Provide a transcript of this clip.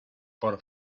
por